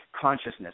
consciousness